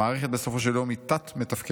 המערכת בסופו של יום היא תת-מתפקדת.